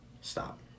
stop